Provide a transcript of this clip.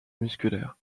musculaires